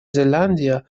зеландия